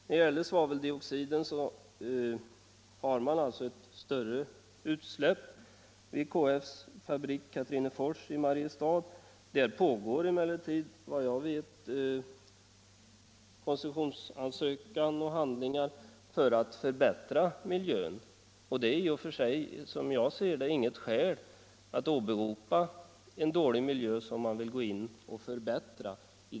När det gäller svaveldioxiden har man alltså ett större utsläpp från KF:s fabrik Katrinefors i Mariestad. För denna fabrik föreligger emellertid en koncessionsansökan i syfte att förbättra miljön. Jag kan inte finna att det kan vara rimligt att här göra en sådan jämförelse och åberopa en dålig miljö som man vill förbättra.